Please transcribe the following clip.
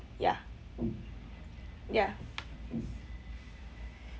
ya ya